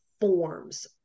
forms